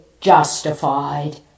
justified